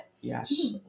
Yes